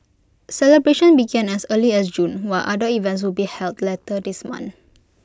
celebrations began as early as June while other events will be held later this one